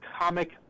comic